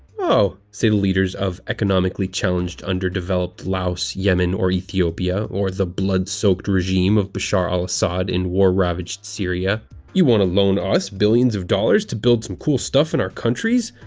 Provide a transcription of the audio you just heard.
oh, say the leaders of economically-challenged, underdeveloped laos, yemen, or ethiopia or the blood-soaked regime of bashar al-assad in war-ravaged syria you want to loan us billions of dollars to build some cool stuff in our countries?